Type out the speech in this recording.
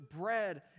bread